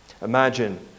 Imagine